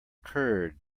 curd